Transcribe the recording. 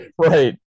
Right